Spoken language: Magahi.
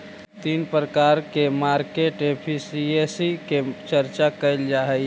तीन प्रकार के मार्केट एफिशिएंसी के चर्चा कैल जा हई